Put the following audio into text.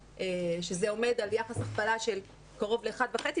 שזה עומד על יחס הכפלה של קרוב ל-1.5,